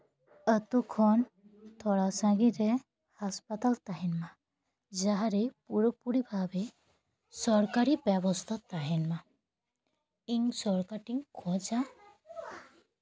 ᱟᱛᱳ ᱠᱷᱚᱱ ᱛᱷᱚᱲᱟ ᱥᱟᱺᱜᱤᱧ ᱨᱮ ᱦᱟᱥᱯᱟᱛᱟᱞ ᱛᱟᱦᱮᱱᱼᱢᱟ ᱡᱟᱦᱟᱸᱨᱮ ᱯᱩᱨᱟᱹᱯᱩᱨᱤ ᱵᱷᱟᱵᱮ ᱥᱚᱨᱠᱟᱨᱤ ᱵᱮᱵᱚᱥᱛᱷᱟ ᱛᱟᱦᱮᱱ ᱢᱟ ᱤᱧ ᱥᱚᱨᱠᱟᱨ ᱴᱷᱮᱱᱤᱧ ᱠᱷᱚᱡᱟ